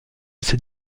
ces